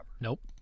Nope